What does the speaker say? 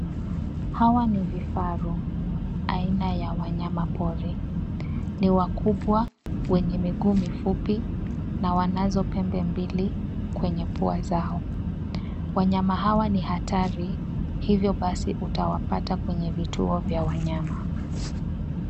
Hawa ni vifaru aina ya wanyama pori. Ni wakubwa wenye miguu mifupi na wanazo pembe mbili kwenye pua zao. Wanyama hawa ni hatari hivyo basi utawapata kwenye vituo vya wanyama.